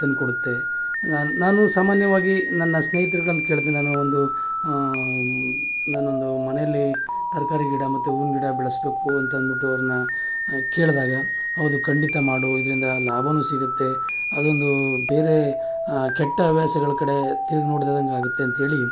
ತಂದು ಕೊಡುತ್ತೆ ನಾನು ನಾನು ಸಾಮಾನ್ಯವಾಗಿ ನನ್ನ ಸ್ನೇಹಿತ್ರುಗಳನ್ನ ಕೇಳ್ತೆ ನಾನು ಒಂದು ನಾನೊಂದು ಮನೆಯಲ್ಲಿ ತರಕಾರಿ ಗಿಡ ಮತ್ತು ಹೂವಿನ ಗಿಡ ಬೆಳೆಸಬೇಕು ಅಂತ ಅಂದ್ಬಿಟ್ಟು ಅವ್ರನ್ನು ಕೇಳಿದಾಗ ಹೌದು ಖಂಡಿತ ಮಾಡು ಇದರಿಂದ ಲಾಭವೂ ಸಿಗುತ್ತೆ ಅದೊಂದು ಬೇರೆ ಕೆಟ್ಟ ಹವ್ಯಾಸಗಳ ಕಡೆ ತಿರ್ಗಿ ನೋಡ್ದಿದ್ದಂತೆ ಆಗುತ್ತೆ ಅಂಥೇಳಿ